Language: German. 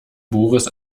boris